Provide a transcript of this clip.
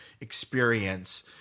experience